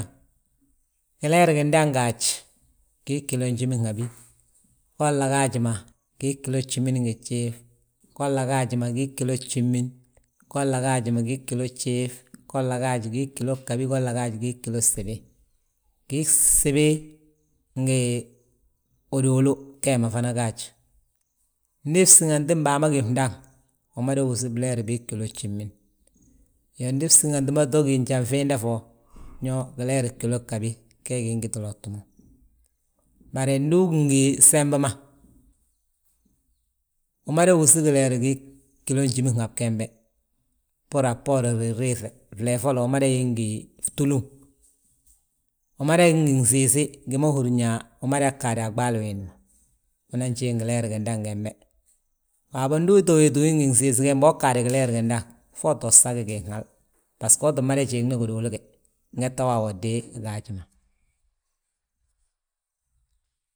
Gileer gindaŋ gaaj, gii ggilo njiminhabi, wolla gaaji ma gii ggilo gjimin ngi jiif, golla gaaj ma gii ggilo gjimin, golla gaaji ma gii ggilo gjiif, golla gaaj gii ggilo ghabi, golla gaaj gii ggilo gsibi. Gii gsibi ngi uduulu, gee ma fana gaaj. Ndi fsíŋantim baa ma gí fndaŋ, umada wúsi bleer bii ggilo gjimin, yaa ndi fsíŋanti ma gí njan fiinda fo. Ño gileeri ggilo ghabi gee gi ingiti lottu mo. Bari ndu ugí ngi sembu ma, umada wúsi gileer gii ggilo njiminhab gembe. Bbúru a bboorin ririife, flee folla umada gí ngi ftúlun, umada gí ngi ginsiisi, gi ma húrin yaa umada gaade a ɓaali wiindi ma. Unan jiiŋi gileer gindaŋ gembe, haabo ndu uto wéeti ugi ngi gisiisi gembe uu ggaade gileer gindaŋ fo uto sag giin hal. Basgo uu tti mada jiiŋni giduulu ge, ngette wa awodi hi gaaji ma.